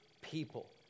people